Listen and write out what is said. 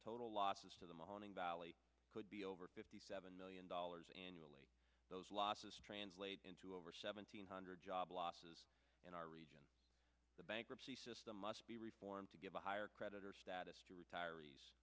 total losses of the mahoning valley could be over fifty seven million dollars annually those losses translate into over seven hundred job losses in our region the bankruptcy system must be reformed to give a higher creditor status to retirees